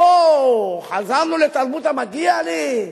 וואו, חזרנו לתרבות ה"מגיע לי".